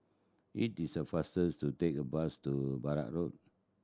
it is a faster to take the bus to Road